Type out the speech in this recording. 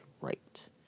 right